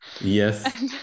yes